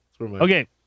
Okay